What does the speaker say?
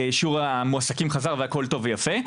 ושיעור המועסקים חזר והכל טוב ויפה.